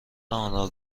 آنرا